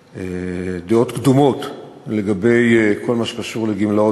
דעות קדומות לגבי כל מה שקשור לגמלאות